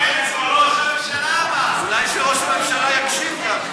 אבל ראש הממשלה אמר.